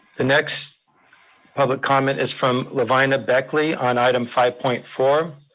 the next public comment is from levina beckley on item five point four.